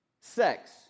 sex